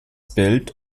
bild